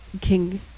King